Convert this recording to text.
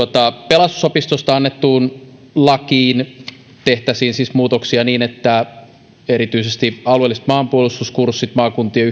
pelastusopistosta annettuun lakiin tehtäisiin siis muutoksia niin että erityisesti alueelliset maanpuolustuskurssit maakuntien